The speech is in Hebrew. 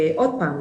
עוד פעם,